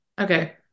Okay